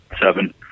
Seven